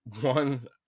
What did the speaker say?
one